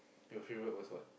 your favorite was what